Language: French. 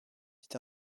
dit